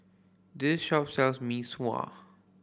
this shop sells Mee Sua